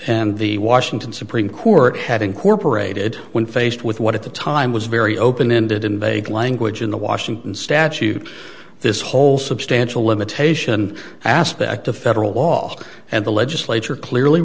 and the washington supreme court had incorporated when faced with what at the time was very open ended in vague language in the washington statute this whole substantial limitation aspect of federal law and the legislature clearly